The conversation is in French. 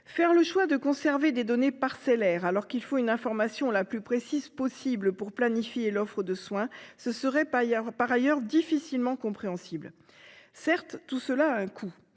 Faire le choix de conserver des données parcellaires alors qu'il faut une information la plus précise possible pour planifier l'offre de soins serait par ailleurs difficilement compréhensible. Certes, tout cela a un coût